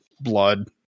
blood